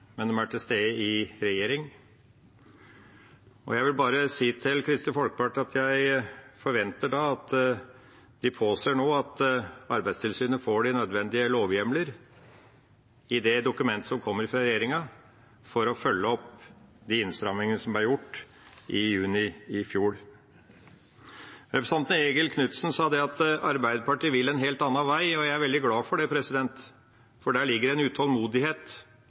regjering. Jeg vil bare si til Kristelig Folkeparti at jeg forventer at de nå påser at Arbeidstilsynet får de nødvendige lovhjemler i det dokumentet som kommer fra regjeringa, for å følge opp de innstrammingene som ble gjort i juni fjor. Representanten Eigil Knutsen sa at Arbeiderpartiet vil en helt annen vei, og jeg er veldig glad for det, for i det ligger det en utålmodighet